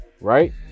Right